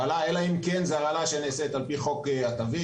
אלא אם כן זו הרעלה שנעשית על פי חוק התווית.